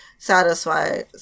satisfy